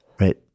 right